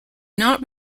not